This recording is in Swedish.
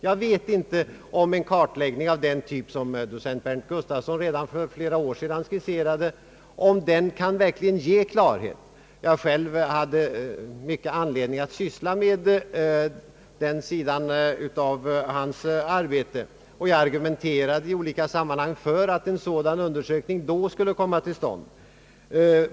Jag vet inte om en kartläggning av den typ som docent Berndt Gustafsson redan för flera år sedan skisserade kan ge klarhet. Jag hade själv anledning att syssla med den sidan av hans arbete, och jag argumenterade i olika sammanhang för att en sådan undersökning då skulle komma till stånd.